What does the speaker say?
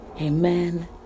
Amen